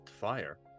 fire